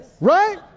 right